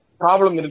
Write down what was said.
problem